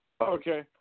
Okay